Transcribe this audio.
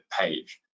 page